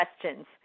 questions